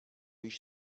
již